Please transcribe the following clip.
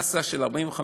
מאסה של 45 שעות.